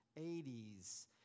80s